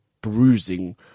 bruising